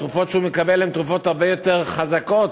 התרופות שהוא מקבל הן תרופות הרבה יותר חזקות.